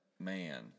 Man